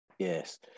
Yes